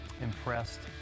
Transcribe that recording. impressed